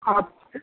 हाँ अच्छे